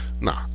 Nah